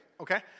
Okay